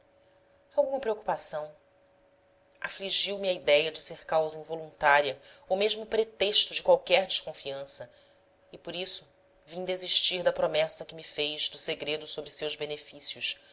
alguma preocupação afligiu me a idéia de ser causa involuntária ou mesmo pretexto de qualquer desconfiança e por isso vim desistir da promessa que me fez do segredo sobre seus benefícios